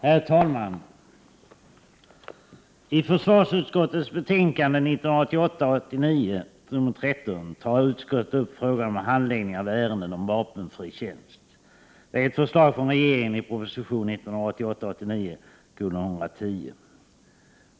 Herr talman! I försvarsutskottets betänkande 1988 89:110.